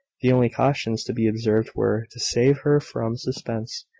the only cautions to be observed were, to save her from suspense,